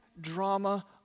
drama